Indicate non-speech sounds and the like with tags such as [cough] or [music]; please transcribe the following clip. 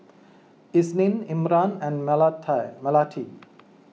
Isnin Imran and [unintelligible] Melati